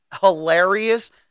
hilarious